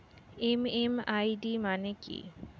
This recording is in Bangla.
এম.এম.আই.ডি মানে কি?